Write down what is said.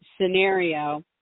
scenario